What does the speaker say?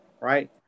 right